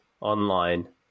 online